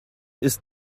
ist